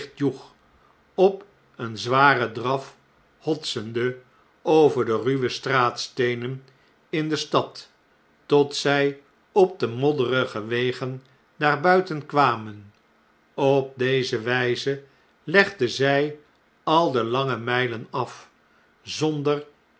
op een zwaren draf hotsende over de ruwe straatsteenen in de stad tot zy op de modderige wegen daarbuiten kwamen op deze wjjze legden zjj al de lange mjjlen af zonder